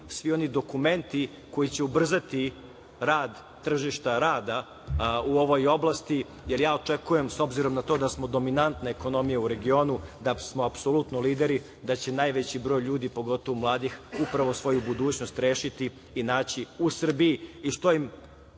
svi oni dokumenti koji će ubrzati rad tržišta rada u ovoj oblasti, jer ja očekujem, s obzirom na to da smo dominantna ekonomija u regionu, da smo apsolutno lideri, da će najveći broj ljudi, pogotovo mladih upravo svoju budućnost rešiti i naći u Srbiji